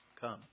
come